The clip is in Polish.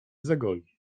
zagoi